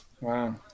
Wow